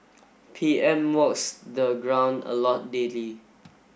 P M walks the ground a lot daily